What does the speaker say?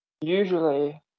usually